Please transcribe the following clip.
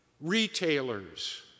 retailers